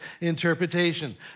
interpretation